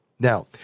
Now